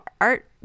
art